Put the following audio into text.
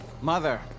Mother